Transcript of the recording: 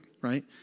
right